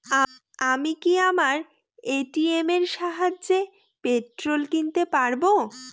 আমি কি আমার এ.টি.এম এর সাহায্যে পেট্রোল কিনতে পারব?